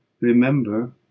remember